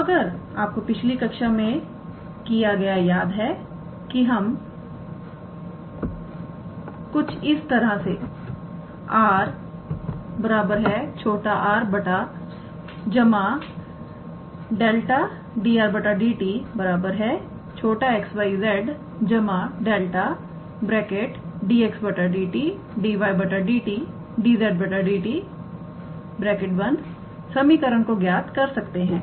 तो अगर आपको पिछली कक्षा में किया गया याद है कि हम कुछ इस तरह 𝑅⃗ 𝑟⃗ 𝜆 𝑑𝑟⃗ 𝑑𝑡 𝑥 𝑦 𝑧 𝜆 𝑑𝑥 𝑑𝑡 𝑑𝑦 𝑑𝑡 𝑑𝑧𝑑𝑡 समीकरण को ज्ञात कर सकते हैं